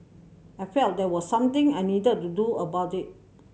I felt there was something I needed to do about it